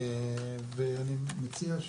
אני מציע,